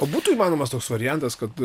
o būtų įmanomas toks variantas kad